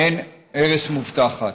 מעין ארץ מובטחת,